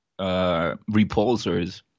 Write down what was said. repulsors